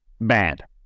bad